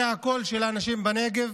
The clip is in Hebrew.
זה הקול של האנשים בנגב.